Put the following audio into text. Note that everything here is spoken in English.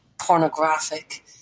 pornographic